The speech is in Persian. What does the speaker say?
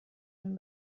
این